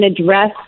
address